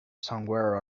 somewhere